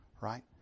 right